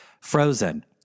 Frozen